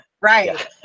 right